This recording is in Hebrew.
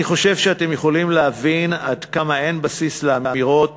אני חושב שאתם יכולים להבין עד כמה אין בסיס לאמירות